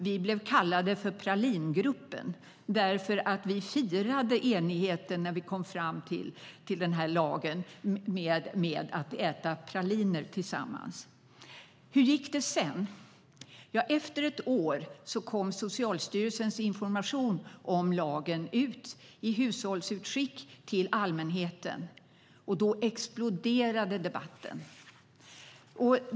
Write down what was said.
Vi blev kallade för pralingruppen eftersom vi firade enigheten, när vi kom fram till den här lagen, med att äta praliner tillsammans. Hur gick det sedan? Efter ett år kom Socialstyrelsens information om lagen i hushållsutskick till allmänheten. Då exploderade debatten.